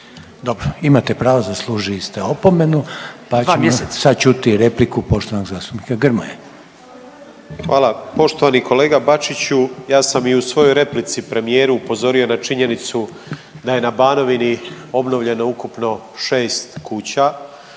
Dobro. Imate pravo, zaslužili ste opomenu pa ćemo sad čuti repliku poštovanog zastupnika Grmoje. **Grmoja, Nikola (MOST)** Hvala. Poštovani kolega Bačiću ja sam i u svojoj replici premijeru upozorio na činjenicu da je na Banovini obnovljeno ukupno 6 kuća,